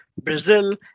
Brazil